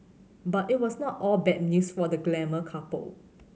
but it was not all bad news for the glamour couple